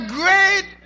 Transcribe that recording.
great